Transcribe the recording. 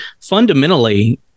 Fundamentally